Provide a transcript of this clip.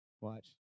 Watch